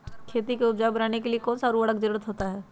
खेती को उपजाऊ बनाने के लिए कौन कौन सा उर्वरक जरुरत होता हैं?